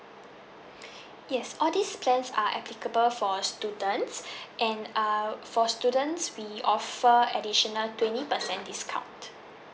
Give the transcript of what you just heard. yes all these plans are applicable for students and err for students we offer additional twenty percent discount